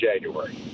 january